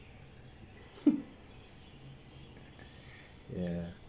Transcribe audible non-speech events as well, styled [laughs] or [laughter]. [laughs] ya